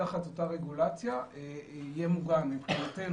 שתחת אותה רגולציה יהיה מוגן מבחינתנו,